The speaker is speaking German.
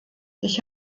ich